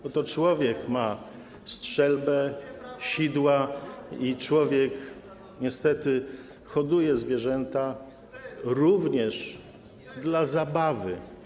Bo to człowiek ma strzelbę, sidła i człowiek niestety hoduje zwierzęta również dla zabawy.